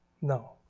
No